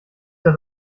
das